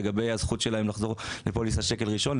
למשל לגבי הזכות שלהם לחזור לפוליסת שקל ראשון.